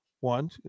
one